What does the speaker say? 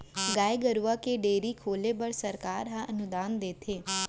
गाय गरूवा के डेयरी खोले बर सरकार ह अनुदान देथे